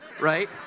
right